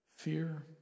Fear